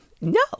No